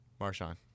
Marshawn